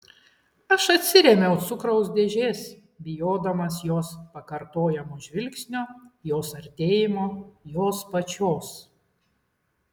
aš atsirėmiau cukraus dėžės bijodamas jos pakartojamo žvilgsnio jos artėjimo jos pačios